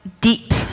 deep